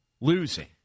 losing